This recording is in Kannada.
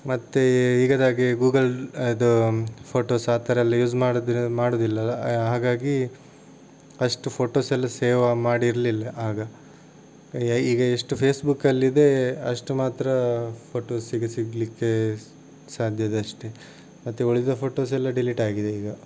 ಮತ್ತು ಈಗದಾಗೆ ಗೂಗಲ್ ಅದು ಫೋಟೋಸ್ ಆ ಥರ ಎಲ್ಲ ಯೂಸ್ ಮಾಡುವುದು ಮಾಡುವುದಿಲ್ಲಲ್ಲ ಹಾಗಾಗಿ ಅಷ್ಟು ಫೋಟೋಸೆಲ್ಲ ಸೇವಾ ಮಾಡಿರಲಿಲ್ಲ ಆಗ ಈಗ ಎಷ್ಟು ಫೇಸ್ಬುಕ್ಕಲ್ಲಿ ಇದೆ ಅಷ್ಟು ಮಾತ್ರ ಫೋಟೋಸ್ ಈಗ ಸಿಗಲಿಕ್ಕೆ ಸಾಧ್ಯ ಇದೆ ಅಷ್ಟೆ ಮತ್ತೆ ಉಳಿದ ಫೋಟೋಸೆಲ್ಲ ಡಿಲೀಟ್ ಆಗಿದೆ ಈಗ